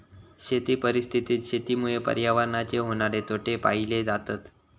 शेती परिस्थितीत शेतीमुळे पर्यावरणाचे होणारे तोटे पाहिले जातत